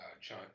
John